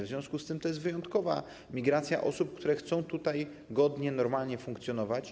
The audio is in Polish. W związku z tym to jest wyjątkowa migracja osób, które chcą tutaj godnie, normalnie funkcjonować.